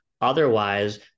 Otherwise